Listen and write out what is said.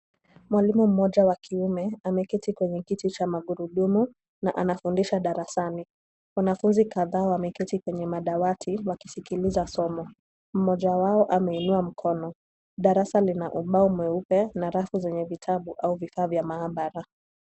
Mwalimu mmoja wa kiume ameketi kwenye kiti cha magurudumu na anafundisha darasani. Wanafunzi kadhaa wameketi kwenye madawati wakiskiliza somo. Mmoja wao ameinua mkono. Darasa lina ubao mweupe na rafu zenye vitabu au vifaa vya maabara.